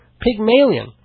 Pygmalion